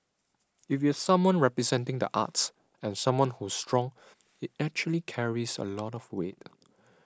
if you someone representing the arts and someone who's strong it actually carries a lot of weight